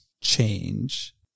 change